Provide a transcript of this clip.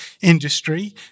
industry